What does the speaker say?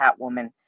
Catwoman